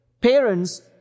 Parents